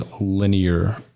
linear